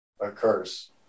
occurs